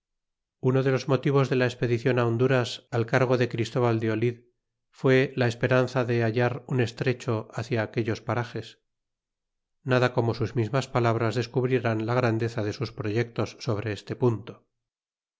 el christianisimo ernperador nuespedicion a honduras al cargo de christóval de olió fad la esperanza de hallar un estrecho hacia aquellos parages nada como sus mismas palabras descubrirán la grandeza de sus proyectos sobre este punto